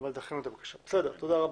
תודה רבה.